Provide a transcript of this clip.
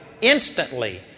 instantly